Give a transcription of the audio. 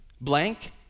blank